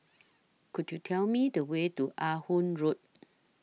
Could YOU Tell Me The Way to Ah Hood Road